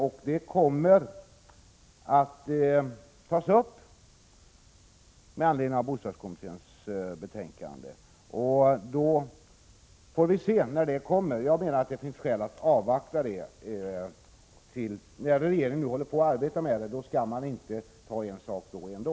Frågan kommer att tas upp med anledning av bostadskommitténs betänkande. Jag menar att det finns skäl att avvakta det — när regeringen nu håller på och arbetar med det skall man inte ta upp en sak nu och en då.